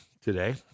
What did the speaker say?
today